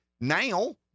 now